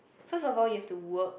first of all you have to work